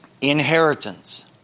inheritance